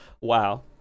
wow